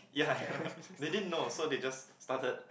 ya they didn't know so they just started